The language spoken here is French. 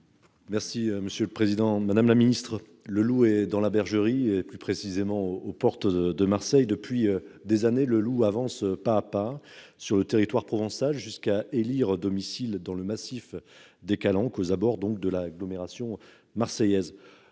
Merci, monsieur le Président Madame la Ministre le loup est dans la bergerie et plus précisément aux portes de Marseille depuis des années le loup avance pas à pas sur le territoire provençal jusqu'à élire domicile dans le massif des Calanques aux abords donc de l'agglomération marseillaise,